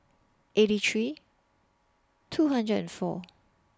eighty three two hundred and four